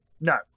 no